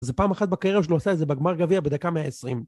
זה פעם אחת בקריירה שלו עשה את זה בגמר גביע בדקה ה-120.